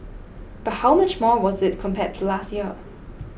but how much more was it compared to last year